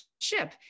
ship